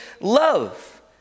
love